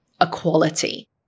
equality